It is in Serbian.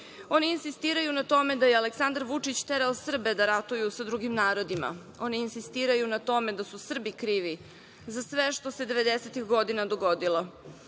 Oni insistiraju na tome da je Aleksandar Vučić terao Srbe da ratuju sa drugim narodima. Oni insistiraju na tome da su Srbi krivi za sve što se devedesetih godina dogodilo.